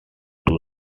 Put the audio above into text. two